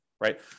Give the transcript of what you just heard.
right